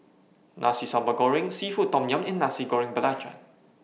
Nasi Sambal Goreng Seafood Tom Yum and Nasi Goreng Belacan